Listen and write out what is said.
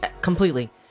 Completely